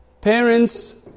parents